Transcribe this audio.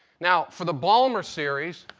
now for the balmer series,